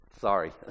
sorry